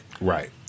Right